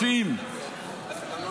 אליי אתה פונה?